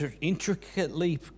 intricately